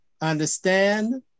understand